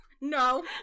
no